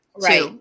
Right